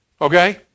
Okay